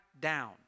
down